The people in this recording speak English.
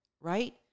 right